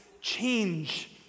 change